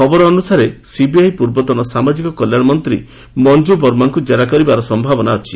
ଖବର ଅନୁସାରେ ସିବିଆଇ ପୂର୍ବତନ ସାମାଜିକ କଲ୍ୟାଣମନ୍ତ୍ରୀ ମଞ୍ଜୁ ବର୍ମାଙ୍କୁ ଜେରା କରିବାର ସମ୍ଭାବନା ଅଛି